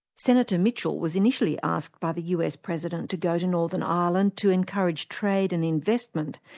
senator mitchell was initially asked by the us president to go to northern ireland to encourage trade and investment,